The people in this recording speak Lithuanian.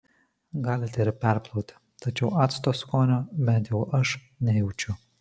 galite ir perplauti tačiau acto skonio bent jau aš nejaučiu